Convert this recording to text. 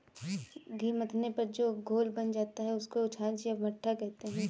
घी मथने पर जो घोल बच जाता है, उसको छाछ या मट्ठा कहते हैं